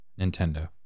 Nintendo